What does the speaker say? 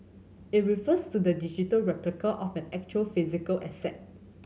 it refers to the digital replica of an actual physical asset